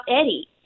Eddie